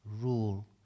rule